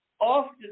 often